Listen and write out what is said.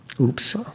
Oops